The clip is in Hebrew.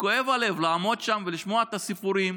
כואב הלב לעמוד שם ולשמוע את הסיפורים